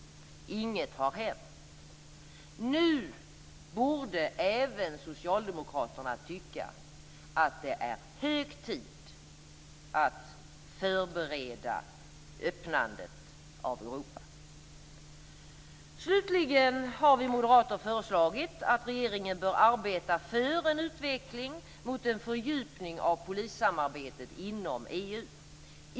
Inget har hänt. Nu borde även Socialdemokraterna tycka att det är hög tid att förbereda öppnandet av Europa. Vi moderater har föreslagit att regeringen bör arbeta för en utveckling mot en fördjupning av polissamarbetet inom EU.